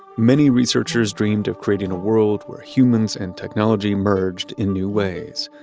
many researchers dreamed of creating a world where humans and technology merged in new ways.